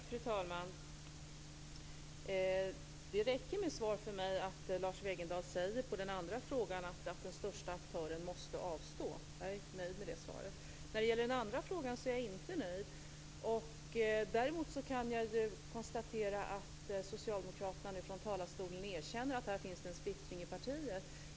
Fru talman! Det räcker som svar för mig att Lars Wegendal säger som svar på den ena frågan att den största aktören måste avstå. Jag är nöjd med det svaret. När det gäller den andra frågan är jag inte nöjd. Däremot kan jag konstatera att socialdemokraterna nu från talarstolen erkänner att det här finns en splittring i partiet.